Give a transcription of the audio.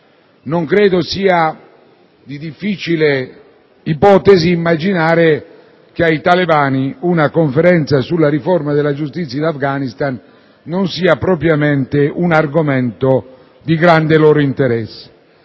Non credo sia difficile immaginare che per i talebani una Conferenza sulla riforma della giustizia in Afghanistan non sia propriamente argomento di grande interesse,